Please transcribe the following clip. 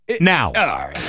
Now